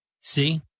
See